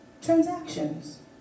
transactions